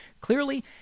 Clearly